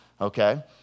okay